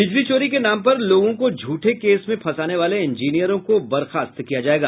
बिजली चोरी के नाम पर लोगों को झूठे केस में फंसाने वाले इंजीनियरों को बर्खास्त किया जायेगा